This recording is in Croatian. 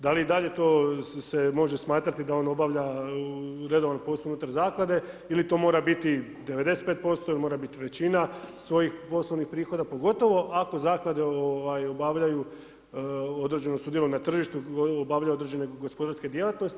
Da li i dalje to se može smatrati da on obavlja u redovan posao unutar zaklade ili to mora biti 95% ili mora biti većina svojih poslovnih prihoda, pogotovo ako zaklade obavljaju, određeno sudjeluju na tržištu, obavljaju određene gospodarske djelatnosti.